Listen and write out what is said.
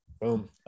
Boom